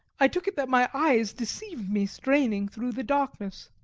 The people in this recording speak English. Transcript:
i took it that my eyes deceived me straining through the darkness.